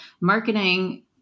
marketing